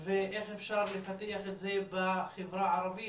ואיך אפשר לפתח את זה בחברה הערבית.